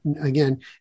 again